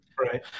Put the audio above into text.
Right